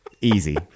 easy